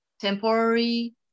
temporary